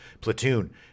Platoon